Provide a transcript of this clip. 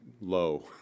low